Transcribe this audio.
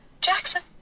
Jackson